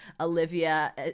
olivia